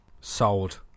Sold